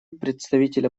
представителя